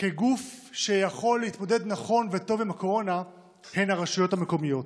כגוף שיכול להתמודד נכון וטוב עם הקורונה הן הרשויות המקומיות,